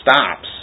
stops